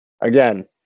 again